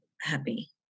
happy